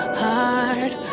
heart